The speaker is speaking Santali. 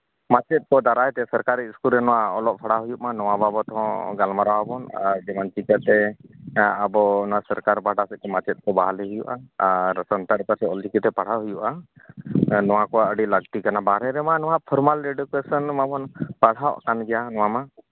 ᱢᱟᱪᱮᱫ ᱠᱚ ᱫᱟᱨᱟᱭ ᱛᱮ ᱥᱚᱨᱠᱟᱨᱤ ᱥᱠᱩᱞ ᱨᱮ ᱚᱞᱚᱜ ᱯᱟᱲᱦᱟᱜ ᱦᱩᱭᱩᱜ ᱢᱟ ᱱᱚᱣᱟ ᱵᱟᱵᱚᱫᱽ ᱦᱚᱸ ᱜᱟᱞᱢᱟᱨᱟᱣ ᱟᱵᱚᱱ ᱟᱨ ᱜᱮᱨᱮᱱᱴᱤ ᱠᱟᱛᱮᱫ ᱦᱮᱸ ᱟᱵᱚᱚᱱᱟ ᱥᱚᱨᱠᱟᱨᱤ ᱯᱟᱥᱴᱟ ᱠᱷᱚᱱ ᱢᱟᱪᱮᱫ ᱠᱚ ᱵᱟᱦᱟᱞᱤ ᱦᱩᱭᱩᱜᱼᱟ ᱟᱨ ᱥᱟᱱᱛᱟᱲ ᱞᱮᱠᱟᱛᱮ ᱚᱞᱪᱤᱠᱤ ᱛᱮ ᱯᱟᱲᱦᱟᱣ ᱦᱩᱭᱩᱜᱼᱟ ᱱᱚᱣᱟ ᱠᱚ ᱟᱹᱰᱤ ᱞᱟᱹᱠᱛᱤ ᱠᱟᱱᱟ ᱵᱟᱦᱨᱮ ᱨᱮᱢᱟ ᱱᱚᱣᱟ ᱯᱷᱚᱨᱢᱟᱞ ᱮᱰᱩᱠᱮᱥᱚᱱ ᱢᱟᱵᱚᱱ ᱯᱟᱲᱦᱟᱜ ᱠᱟᱱ ᱜᱮᱭᱟ ᱱᱚᱣᱟ ᱢᱟ